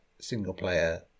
single-player